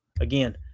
again